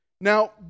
Now